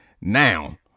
Now